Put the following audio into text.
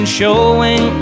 showing